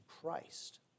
Christ